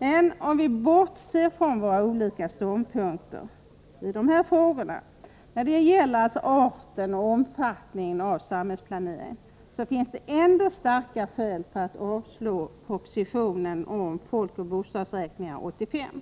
Men om vi bortser från våra olika ståndpunkter när det gäller arten och omfattningen av samhällsplaneringen, så finns det ändå starka skäl att avslå propositionen om FoB 85.